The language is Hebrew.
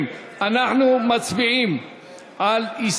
אנחנו מצביעים על סעיף 79,